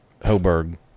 Hoburg